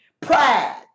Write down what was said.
pride